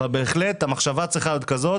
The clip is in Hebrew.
אבל בהחלט המחשבה צריכה להיות כזאת